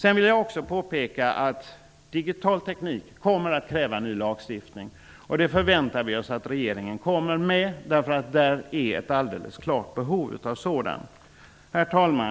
Jag vill också påpeka att den digitala tekniken kommer att kräva ny lagstiftning. Vi förväntar oss att regeringen kommer med förslag. Där finns ett klart behov av sådan lagstiftning. Herr talman!